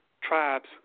tribes